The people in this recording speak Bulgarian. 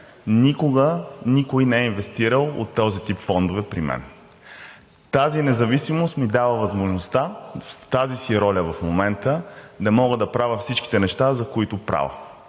Никога никой не е инвестирал от този тип фондове при мен. Тази независимост ми дава възможността в тази си роля в момента да мога да правя всичките неща, които правя.